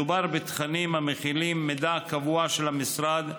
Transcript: מדובר בתכנים המכילים מידע קבוע על המשרד,